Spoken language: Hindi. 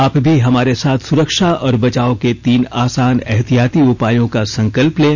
आप भी हमारे साथ सुरक्षा और बचाव के तीन आसान एहतियाती उपायों का संकल्प लें